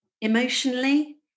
emotionally